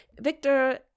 Victor